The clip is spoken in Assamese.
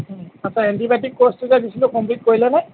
আচ্ছা এণ্টিবায়টিক ক'ৰ্চটো যে দিছিলোঁ কমপ্লিট কৰিলেনে